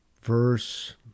verse